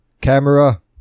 camera